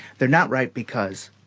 they're not right because,